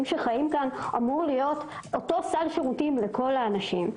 שחיים כאן אמור להיות אותו סל שירותים לכל האנשים?